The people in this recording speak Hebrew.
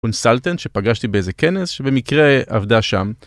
consultant שפגשתי באיזה כנס שבמקרה עבדה שם.